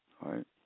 right